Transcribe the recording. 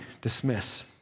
dismiss